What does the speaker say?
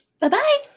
Bye-bye